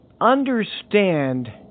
understand